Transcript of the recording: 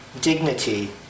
dignity